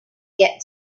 get